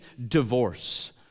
divorce